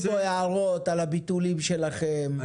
עולים פה הערות על הביטולים שלכם,